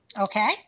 Okay